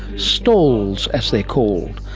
stalls, as they're called,